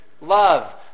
love